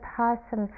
person